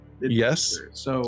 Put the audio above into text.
Yes